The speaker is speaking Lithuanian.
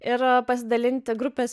ir pasidalinti grupės